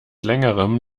längerem